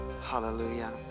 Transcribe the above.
Hallelujah